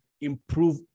improve